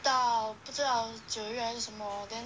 到不知道九月还是什么 then